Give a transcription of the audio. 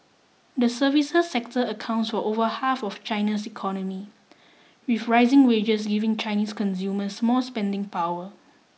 the services sector accounts for over half of China's economy with rising wages giving Chinese consumers more spending power